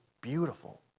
beautiful